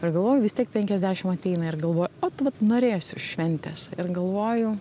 ir galvoju vis tiek penkiasdešim ateina ir galvoju ot vat norėsiu šventės ir galvoju